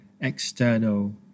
external